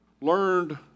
learned